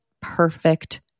perfect